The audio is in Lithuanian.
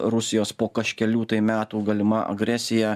rusijos po kažkelių tai metų galima agresija